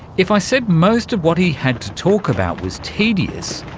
if i said most of what he had to talk about was tedious,